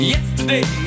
Yesterday